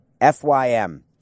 F-Y-M